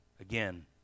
again